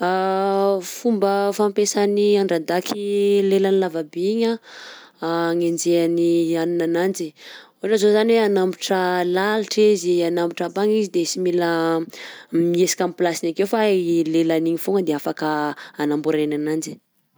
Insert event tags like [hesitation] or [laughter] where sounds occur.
[hesitation] Fomba fampiasan'ny andradaka i lelany lava be igny anh agnenjehany haninananjy, ohatra zao zany hoe hanambotra lalitra izy, hanambotra pangy izy de sy mila mihesika am'plasiny akeo fa i lelany iny foagna de afaka hanamborany ananjy.